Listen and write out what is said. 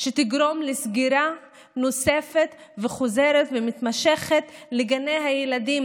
לסגירה נוספת וחוזרת ומתמשכת של גני הילדים,